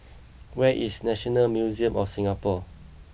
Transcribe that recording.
where is National Museum of Singapore